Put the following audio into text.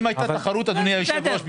אם הייתה תחרות אדוני יושב הראש,